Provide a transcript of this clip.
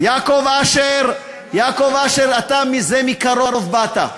יעקב אשר, יעקב אשר, אתה זה מקרוב באת.